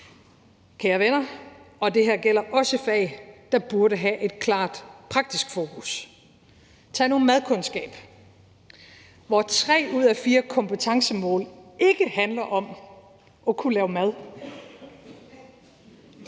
Kære venner, det her gælder også fag, der burde have et klart praktisk fokus. Tag nu madkundskab, hvor tre ud af fire kompetencemål ikke handler om at kunne lave mad,